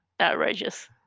outrageous